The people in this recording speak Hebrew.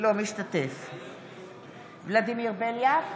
אינו משתתף בהצבעה ולדימיר בליאק,